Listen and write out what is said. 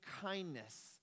kindness